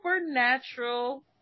supernatural